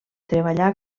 treballà